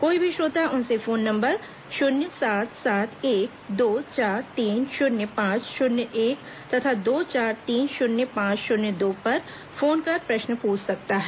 कोई भी श्रोता उनसे फोन नंबर शून्य सात सात एक दो चार तीन शून्य पांच शून्य एक तथा दो चार तीन शूनय पांच शून्य दो पर फोन कर प्रश्न पूछ सकता है